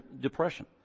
depression